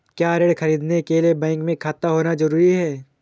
क्या ऋण ख़रीदने के लिए बैंक में खाता होना जरूरी है?